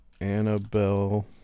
Annabelle